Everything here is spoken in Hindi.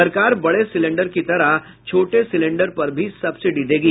सरकार बड़े सिलेन्डर की तरह छोटे सिलेंडर पर भी सब्सिडी देगी